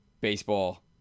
Baseball